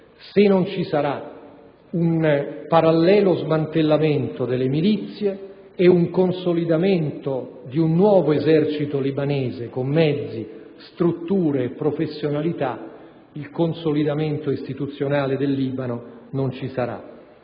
se non ci sarà un parallelo smantellamento delle milizie e un consolidamento di un nuovo esercito libanese con mezzi, strutture e professionalità il consolidamento istituzionale del Libano non ci sarà.